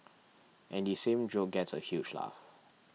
and the same joke gets a huge laugh